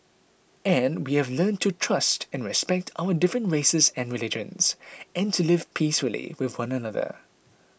and we have learnt to trust and respect our different races and religions and to live peacefully with one another